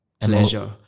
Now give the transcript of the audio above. pleasure